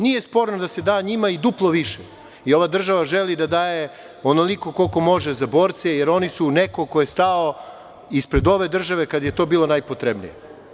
Nije sporno da se da njima i duplo više i ova država želi da daje onoliko koliko može za borce, jer oni su neko ko je stao ispred ove države kada je to bilo najpotrebnije.